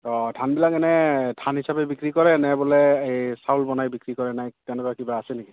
অঁ ধানবিলাক এনে ধান হিচাপে বিক্ৰী কৰে নে বোলে এই চাউল বনাই বিক্ৰী কৰে নে তেনেকুৱা কিবা আছে নেকি